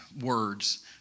words